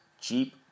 cheap